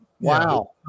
Wow